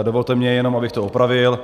Dovolte mi jenom, abych to opravil.